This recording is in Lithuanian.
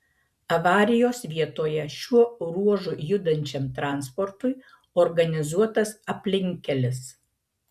avarijos vietoje šiuo ruožu judančiam transportui organizuotas aplinkkelis